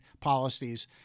policies